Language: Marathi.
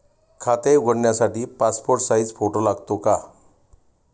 खाते उघडण्यासाठी पासपोर्ट साइज फोटो लागतो का?